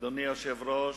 אדוני היושב-ראש,